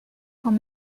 quand